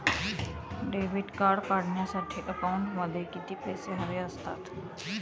Debit card काढण्यासाठी अकाउंटमध्ये किती पैसे हवे असतात?